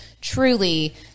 truly